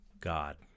God